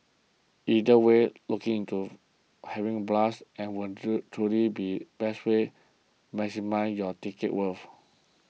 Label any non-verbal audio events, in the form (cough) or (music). either way looking to having a blast and will (noise) truly be the best way to maximising your ticket's worth